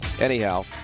Anyhow